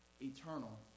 eternal